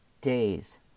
days